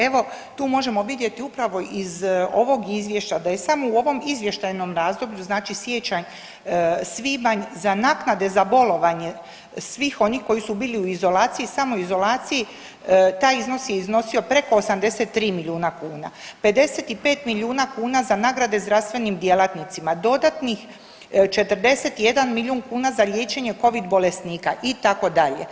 Evo tu možemo vidjeti upravo iz ovog izvješća da je samo u ovom izvještajnom razdoblju, znači siječanj-svibanj za naknade za bolovanje svih onih koji su bili u izolaciji i samoizolaciji taj iznos je iznosio preko 83 milijuna kuna, 55 milijuna kuna za nagrade zdravstvenim djelatnicima, dodatnih 41 milijun kuna za liječenje covid bolesnika itd.